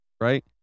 Right